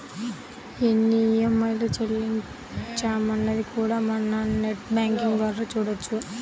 ఎన్ని ఈఎంఐలు చెల్లించామన్నది కూడా మనం నెట్ బ్యేంకింగ్ ద్వారా చూడొచ్చు